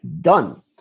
done